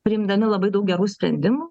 priimdami labai daug gerų sprendimų